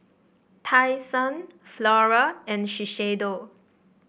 Tai Sun Flora and Shiseido